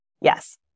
yes